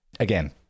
again